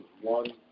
one